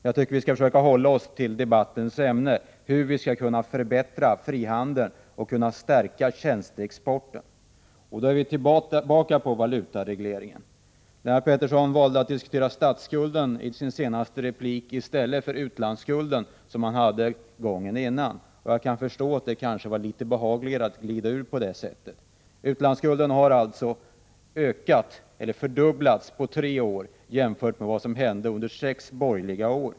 Jag tycker att vi skall försöka hålla oss till debattens ämne, nämligen hur vi skall kunna förbättra frihandeln och kunna stärka tjänsteexporten. Då är vi tillbaka vid valutaregleringen. Lennart Pettersson valde att tala om statsskulden i sin senaste replik i stället för om utlandsskulden, som han talade om tidigare. Jag kan förstå att det kanske var litet behagligare att glida ur debatten om utlandsskulden. Utlandsskulden har alltså fördubblats på tre år jämfört med vad som var fallet under sex borgerliga år.